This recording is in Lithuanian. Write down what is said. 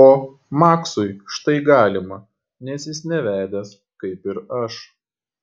o maksui štai galima nes jis nevedęs kaip ir aš